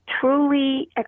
truly